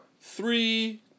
three